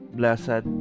blessed